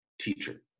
teacher